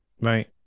right